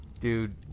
Dude